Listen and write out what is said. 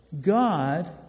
God